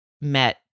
met